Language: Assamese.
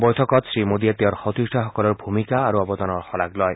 বৈঠকত শ্ৰীমোদীয়ে তেওঁৰ সতীৰ্থসকলৰ ভূমিকা আৰু অৱদানৰ শলাগ লয়